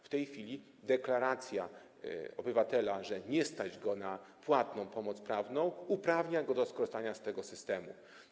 W tej chwili deklaracja obywatela, że nie stać go na płatną pomoc prawną, uprawnia go do skorzystania z tego systemu.